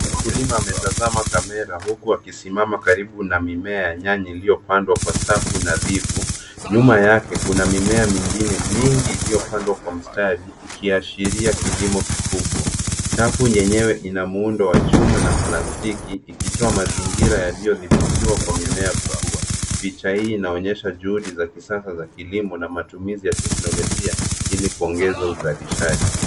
Mkulima ametazama kamera huku akisimama karibu na mimea ya nanyi iliyopandwa kwa safu nadhifu, nyuma yake kuna mimea mingine mingi iliyopandwa kwa mstari ikiashiria kilimo kikubwa. Chafu nyenyewe ina muundo wa chuma na plastiki, ikitoa mazingira yaliyodhibitiwa kwa mimea kukua. Picha hii inaonyesha juudi za kisasa za kilimo na matumizi ya teknolojia ili kuongeza uzalishaji.